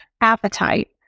appetite